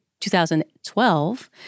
2012